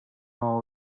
our